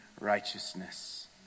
righteousness